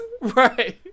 Right